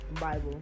Bible